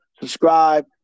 subscribe